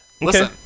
Listen